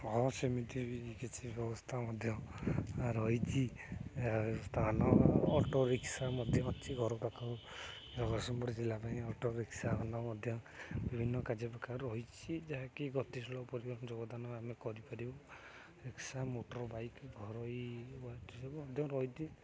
ହଁ ସେମିତି କିଛି ବ୍ୟବସ୍ଥା ମଧ୍ୟ ରହିଛି ସ୍ଥାନ ଅଟୋ ରିକ୍ସା ମଧ୍ୟ ଅଛି ଘର ପାଖରୁ ଜଗତସିଂହପୁର ଜିଲ୍ଲା ପାଇଁ ଅଟୋ ରିକ୍ସାମାନ ମଧ୍ୟ ବିଭିନ୍ନ କାର୍ଯ୍ୟପକାର ରହିଛି ଯାହାକି ଗତିଶୀଳ ପରିବହନ ଯୋଗଦାନ ଆମେ କରିପାରିବୁ ରିକ୍ସା ମୋଟର ବାଇକ୍ ଘରୋଇ ସବୁ ମଧ୍ୟ ରହିଛି